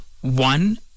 one